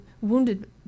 wounded